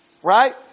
Right